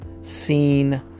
seen